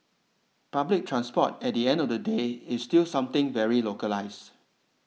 public transport at the end of the day is still something very localised